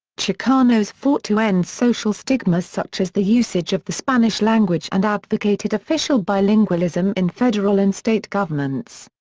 chicanos fought to end social stigmas such as the usage of the spanish language and advocated official bilingualism in federal and state governments.